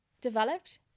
developed